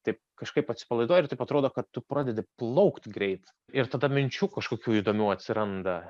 taip kažkaip atsipalaiduoji ir taip atrodo kad tu pradedi plaukt greit ir tada minčių kažkokių įdomių atsiranda